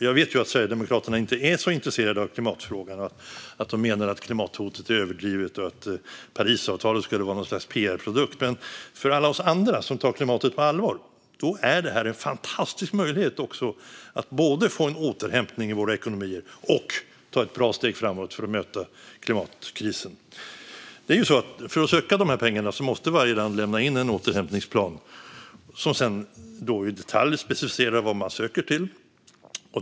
Jag vet ju att Sverigedemokraterna inte är så intresserade av klimatfrågan. De menar att klimathotet är överdrivet och att Parisavtalet skulle vara något slags pr-produkt. Men för alla oss andra, som tar klimatet på allvar, är det här en fantastisk möjlighet att både få en återhämtning i våra ekonomier och ta ett bra steg framåt för att möta klimatkrisen. För att söka de här pengarna måste varje land lämna in en återhämtningsplan som i detalj specificerar vad man söker till.